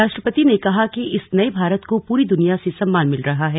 राष्ट्रपति ने कहा कि इस नए भारत को पूरी दुनिया से सम्मान मिल रहा है